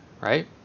right